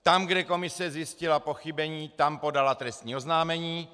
Tam, kde komise zjistila pochybení, tam podala trestní oznámení.